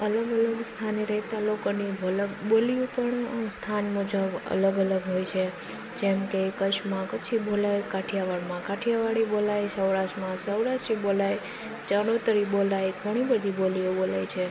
અલગ અલગ સ્થાને રહેતા લોકોની અલગ બોલીઓ પણ સ્થાન મુજબ અલગ અલગ હોય છે જેમ કે કચ્છમાં કચ્છી બોલે કાઠિયાવાડમાં કાઠિયાવાડી બોલાય સૌરાષ્ટ્રમાં સૌરાષ્ટ્રી બોલાય ચરોતરી બોલાય ઘણી બધી બોલીઓ બોલાય છે